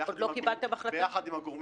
ואתם הופכים את זה למשהו שהוא מסוכן,